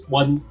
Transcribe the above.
one